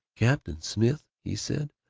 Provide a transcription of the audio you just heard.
captain smith he said,